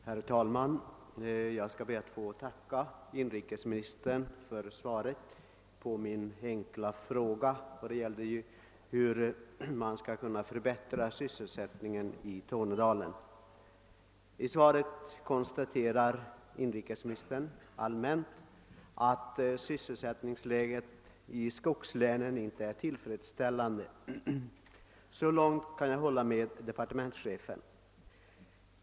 Herr talman! Jag skall be att få tacka inrikesministern för svaret på min enkla fråga, som ju gällde hur man skall kunna förbättra sysselsättningen i Tornedalen. I svaret konstaterar inrikesministern allmänt att sysselsättningsläget i skogslänen inte är tillfredsställande. Så långt kan jag hålla med honom.